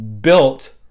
built